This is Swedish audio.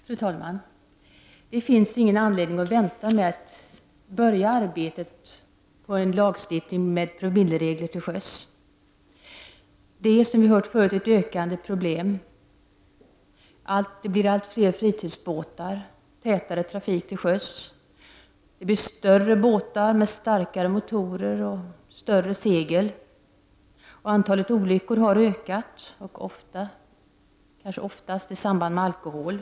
Fru talman! Det finns ingen anledning att vänta med att börja arbetet på en lagstiftning med promilleregler till sjöss. Det är som vi hört tidigare ett ökande problem. Det blir allt fler fritidsbåtar och tätare trafik till sjöss. Det blir större båtar med starkare motorer och större segel. Antalet olyckor har ökat — kanske oftast i samband med alkohol.